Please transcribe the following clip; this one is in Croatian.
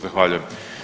Zahvaljujem.